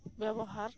ᱵᱮᱵᱚᱦᱟᱨ